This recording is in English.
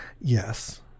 Yes